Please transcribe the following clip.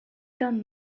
done